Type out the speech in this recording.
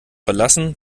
verlassen